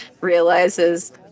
realizes